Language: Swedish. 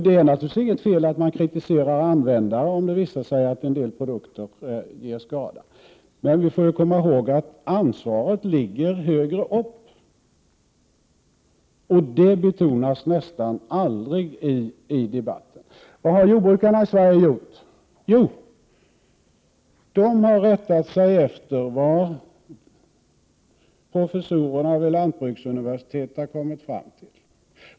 Det är naturligtvis inget fel att man kritiserar användare, om det visar sig att en del produkter ger skador, men vi får komma ihåg att ansvaret ligger högre upp, och det betonas nästan aldrig i debatten. Vad har jordbrukarna i Sverige gjort? Jo, de har rättat sig efter vad professorerna vid lantbruksuniversitetet har kommit fram till.